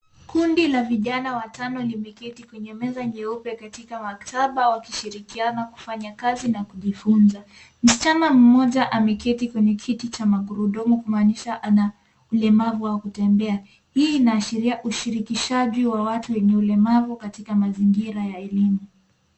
Kundi la vijana watano limeketi kwenye meza nyeupe katika maktaba wakishirikiana kufanya kazi na kujifunza. Msichana mmoja ameketi kwenye kiti cha magurudumu kumaanisha ana ulemavu wa kutembea. Hii inaashiria ushirikishaji wa watu wenye ulemavu katika mazingira ya elimu.